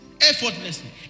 effortlessly